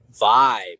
vibe